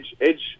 Edge